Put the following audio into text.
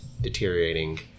deteriorating